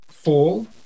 fall